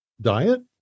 diet